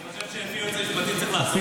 אני חושב שלפי הייעוץ המשפטי צריך לעצור את זה.